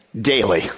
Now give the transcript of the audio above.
Daily